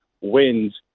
wins